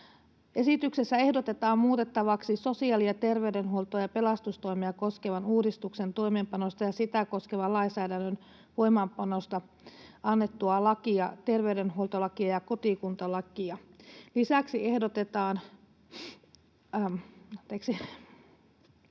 Esityksessä ehdotetaan muutettavaksi sosiaali‑ ja terveydenhuoltoa ja pelastustoimea koskevan uudistuksen toimeenpanosta ja sitä koskevan lainsäädännön voimaanpanosta annettua lakia, terveydenhuoltolakia ja kotikuntalakia. Lisäksi ehdotetaan